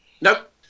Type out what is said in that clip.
Nope